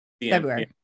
February